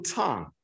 tongue